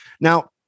Now